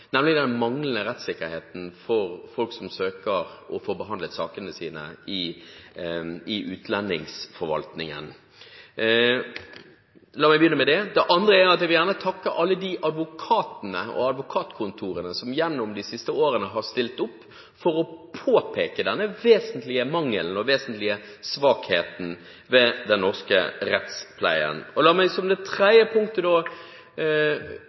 utlendingsforvaltningen. La meg begynne med det. Det andre er at jeg gjerne vil takke alle advokatene og advokatkontorene som gjennom de siste årene har stilt opp for å påpeke denne vesentlige mangelen og vesentlige svakheten ved den norske rettspleien. La meg, som det